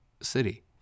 city